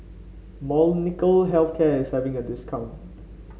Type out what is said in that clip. Molnylcke Health Care saving a discount